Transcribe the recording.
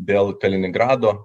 dėl kaliningrado